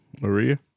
Maria